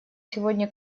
сегодня